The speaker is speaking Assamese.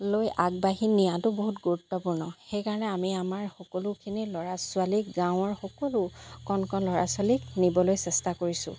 লৈ আগবঢ়ি নিয়াটো বহুত গুৰুত্বপূৰ্ণ সেইকাৰণে আমি আমাৰ সকলোখিনি ল'ৰা ছোৱালীক গাঁৱৰ সকলো কণ কণ ল'ৰা ছোৱালীক নিবলৈ চেষ্টা কৰিছোঁ